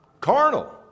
Carnal